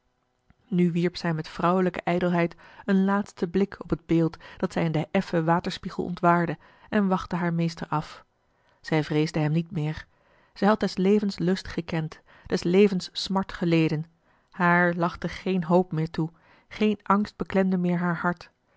nu wierp zij met vrouwelijke ijdelheid een laatsten blik op het beeld dat zij in den effen waterspiegel ontwaarde en wachtte haar meester af zij vreesde hem niet meer zij had des levens lust gekend des levens smart geleden haar lachte geen hoop meer toe geen angst beklemde meer haar hart